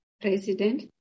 president